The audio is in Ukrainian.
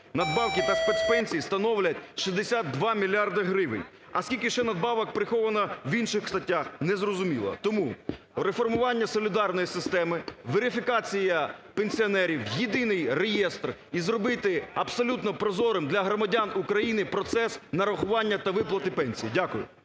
надбавки та спецпенсії становлять 62 мільярди гривень. А скільки ще надбавок приховано в інших статтях? Незрозуміло. Тому реформування солідарної системи, верифікація пенсіонерів в єдиний реєстр, і зробити абсолютно прозорим для громадян України процес нарахування та виплати пенсій. Дякую.